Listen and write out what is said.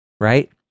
right